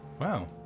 wow